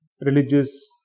religious